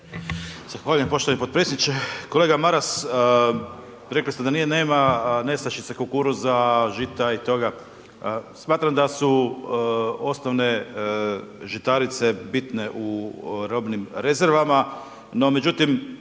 Zahvaljujem poštovani potpredsjedniče. Kolega Maras, rekli ste da nje nema, nestašice kukuruza, žita i toga. Smatram da su osnovne žitarice bitne u robnim rezervama, no međutim,